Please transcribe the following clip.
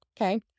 okay